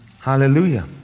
Hallelujah